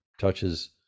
touches